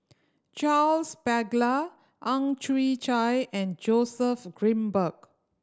Charles Paglar Ang Chwee Chai and Joseph Grimberg